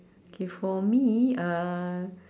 K for me uh